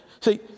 See